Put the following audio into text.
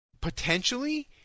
potentially